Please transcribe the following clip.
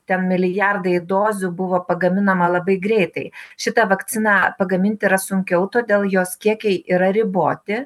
ten milijardai dozių buvo pagaminama labai greitai šitą vakciną pagaminti yra sunkiau todėl jos kiekiai yra riboti